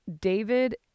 David